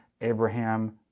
Abraham